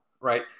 right